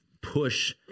push